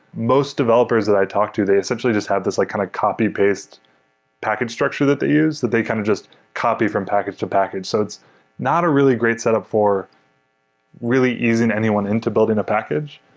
most developers that i talked to, they essentially have this like kind of copy-paste package structure that they use that they kind of just copy from package to package. so it's not a really great set up for really easing anyone into building a package,